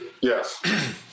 Yes